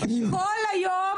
כל היום